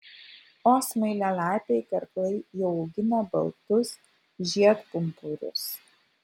o smailialapiai karklai jau augina baltus žiedpumpurius